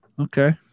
Okay